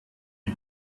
die